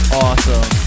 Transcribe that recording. awesome